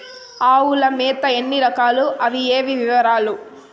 ఆవుల మేత ఎన్ని రకాలు? అవి ఏవి? వివరాలు?